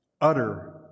Utter